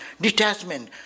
detachment